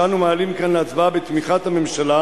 שאנחנו מעלים כאן להצבעה בתמיכת הממשלה,